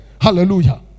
Hallelujah